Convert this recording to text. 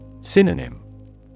Synonym